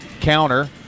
Counter